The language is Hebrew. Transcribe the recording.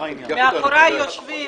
מאחוריי יושבים